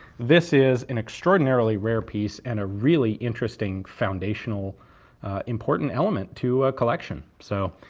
this is an extraordinarily rare piece and a really interesting foundational important element to a collection. so,